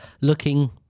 looking